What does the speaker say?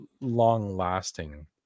long-lasting